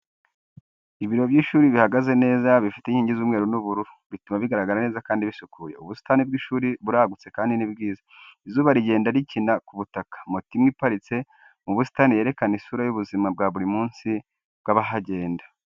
Ibiro by’ishuri bihagaze neza, bifite inkingi z’umweru n’ubururu, bituma bigaragara neza kandi bisukuye. Ubusitani bw’ishuri buragutse kandi ni bwiza, izuba rigenda rikina ku butaka. Moto imwe iparitse mu busitani, yerekana isura y’ubuzima bwa buri munsi bw’abahagenda.